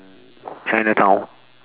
mm chinatown